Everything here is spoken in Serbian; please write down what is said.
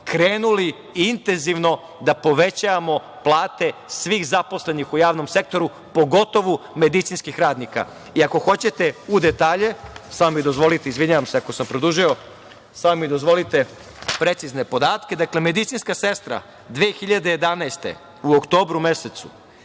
krenuli intenzivno da povećavamo plate svih zaposlenih u javnom sektoru, pogotovo medicinskih radnika. Ako hoćete u detalje, samo mi dozvolite, izvinjavam se ako sam produžio, samo mi dozvolite precizne podatke. Dakle, medicinska sestra 2011. godine, u oktobru mesecu,